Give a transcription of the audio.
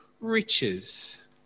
riches